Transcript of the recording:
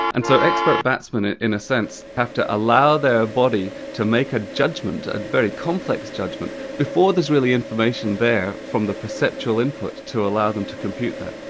and so expert batsmen ah in a sense, have to allow their body to make a judgment, a very complex judgment, before there's really information there from the perceptual input to allow them to compute that.